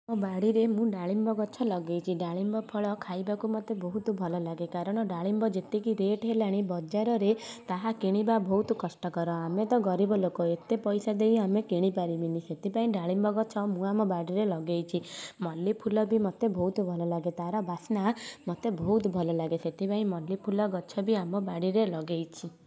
ଆମ ବାଡ଼ିରେ ମୁଁ ଡାଲିମ୍ବ ଗଛ ଲଗେଇଛି ଡାଲିମ୍ବ ଫଳ ଖାଇବାକୁ ମତେ ବହୁତ ଭଲ ଲାଗେ କାରଣ ଡାଲିମ୍ବ ଯେତିକି ରେଟ୍ ହେଲାଣି ବଜାରରେ ତାହା କିଣିବା ବହୁତ କଷ୍ଟକର ଆମେ ତ ଗରିବ ଲୋକ ଏତେ ପଇସା ଦେଇ ଆମେ କିଣିପାରିବିନି ସେଥିପାଇଁ ଡାଲିମ୍ବ ଗଛ ମୁଁ ଆମ ବାଡ଼ିରେ ଲଗେଇଛି ମଲ୍ଲୀ ଫୁଲ ବି ମତେ ବହୁତ ଭଲ ଲାଗେ ତାର ବାସ୍ନା ମତେ ବହୁତ ଭଲ ଲାଗେ ସେଥିପାଇଁ ମଲ୍ଲୀ ଫୁଲ ଗଛ ବି ଆମ ବାଡ଼ିରେ ଲଗେଇଛି